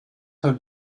have